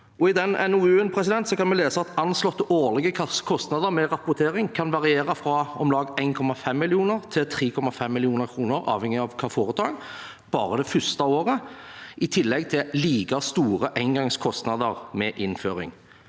I den NOU-en kan vi lese at anslåtte årlige kostnader med rapportering kan variere fra om lag 1,5 mill. kr til 3,5 mill. kr, avhengig av foretaket, bare det første året, i tillegg til like store engangskostnader ved innføring.